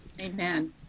amen